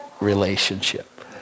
relationship